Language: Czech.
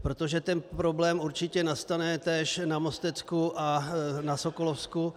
Protože ten problém určitě nastane též na Mostecku a na Sokolovsku.